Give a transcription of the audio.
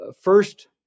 First